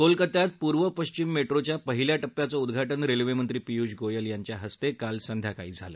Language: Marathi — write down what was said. कोलकात्यात पूर्व पश्चिम मेट्रोच्या पहिल्या टप्प्याचं उद्घाटन रेल्वेमंत्री पियुष गोयल यांच्याहस्ते काल संध्याकाळी झालं